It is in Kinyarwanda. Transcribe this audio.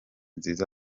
nziza